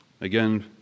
Again